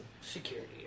Security